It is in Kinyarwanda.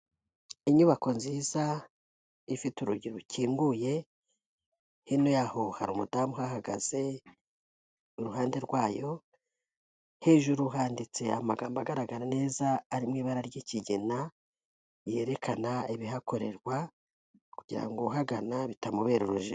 Inyubako nziza ifite urugi rukinguye, hino yaho hari umudamu uhagaze iruhande rwayo, hejuru handitse amagambo agaragara neza arimo ibara ry'ikigina yerekana ibihakorerwa kugira ngo uhagana bitamubera urujijo.